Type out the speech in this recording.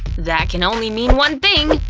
that can only mean one thing.